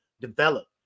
develop